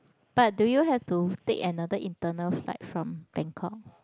but do you have to take another internal flight from Bangkok